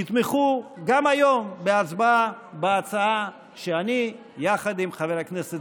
יתמכו גם היום בהצבעה בהצעה שאני עם חבר הכנסת